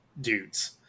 dudes